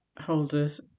holders